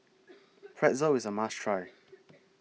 Pretzel IS A must Try